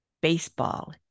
baseball